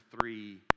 three